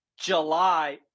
July